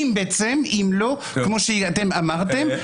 אם לא כמו שאתם אמרתם,